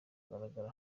kugaragara